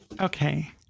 Okay